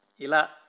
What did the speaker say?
Ila